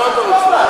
לא פרס.